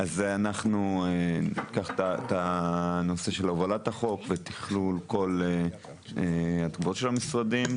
אנחנו ניקח את הנושא של הובלת החוק ותכלול כל התגובות של המשרדים.